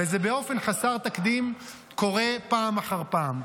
וזה באופן חסר תקדים קורה פעם אחר פעם.